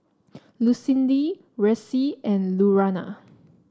Lucindy Reece and Lurana